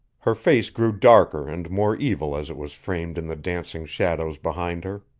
her face grew darker and more evil as it was framed in the dancing shadows behind her.